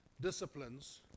disciplines